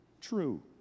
true